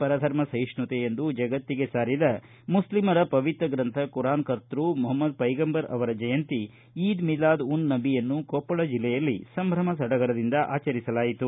ಪರಧರ್ಮ ಸಹಿಷ್ಣುತೆ ಎಂದು ಜಗತ್ತಿಗೆ ಸಾರಿದ ಮುಖ್ಲಿಮರ ಪವಿತ್ರ ಗ್ರಂಥ ಕುರಾನ್ ಕರ್ತ್ಯ ಮಹಮದ್ ಪೈಗಂಬರ್ ಅವರ ಜಯಂತಿ ಈದ್ ಮಿಲಾದ್ ಉನ್ ನಭೀ ಯನ್ನು ಕೊಪ್ಪಳ ಜಿಲ್ಲೆಯಲ್ಲಿ ಸಂಭ್ರಮ ಸಡಗರದಿಂದ ಆಚರಿಸಲಾಯಿತು